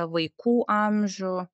vaikų amžių